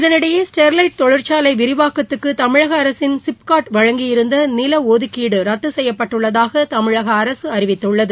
இதனிடையே ஸ்டெர்லைட் தொழிற்சாலை விரிவாக்கத்துக்கு தமிழக அரசின் சிப்காட் வழங்கியிருந்த நில ஒதுக்கீடு ரத்து செய்யப்பட்டுள்ளதாக தமிழக அரசு அறிவித்துள்ளது